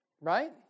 Right